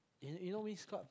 eh you know Winx club